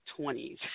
20s